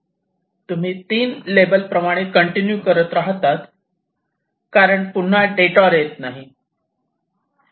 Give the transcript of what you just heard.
तुम्ही 3 लेबल प्रमाणे कंटिन्यू करत राहतात कारण पुन्हा डिटॉर येत नाही